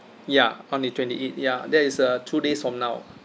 ya on the twenty eight ya that is uh two days from now